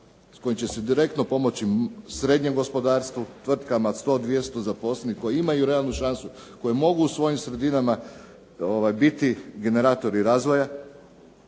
kojim će se direktno pomoći srednjem gospodarstvu, tvrtkama 100, 200 zaposlenih koji imaju realnu šansu, koji mogu u svojim sredinama biti generatori razvoja.